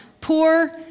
poor